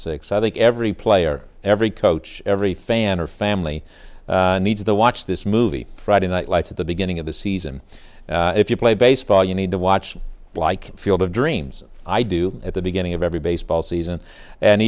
six i think every player every coach every fan or family needs the watch this movie friday night lights at the beginning of the season if you play baseball you need to watch like field of dreams i do at the beginning of every baseball season and